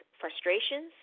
frustrations